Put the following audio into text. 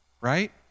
right